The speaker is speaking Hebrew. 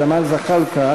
ג'מאל זחאלקה,